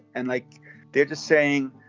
and like they're just saying,